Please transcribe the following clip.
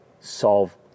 solve